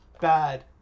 bad